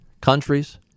countries